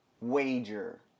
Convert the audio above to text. wager